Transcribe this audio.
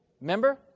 Remember